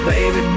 Baby